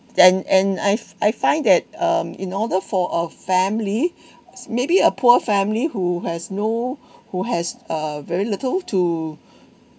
then and I've I find that um in order for a family maybe a poor family who has no who has uh very little to